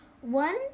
One